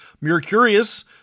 Mercurius